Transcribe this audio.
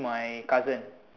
my cousin